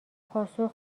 پاسخ